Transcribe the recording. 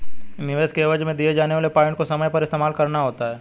निवेश के एवज में दिए जाने वाले पॉइंट को समय पर इस्तेमाल करना होता है